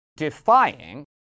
defying